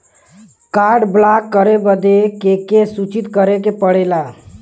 Card block करे बदी के के सूचित करें के पड़ेला?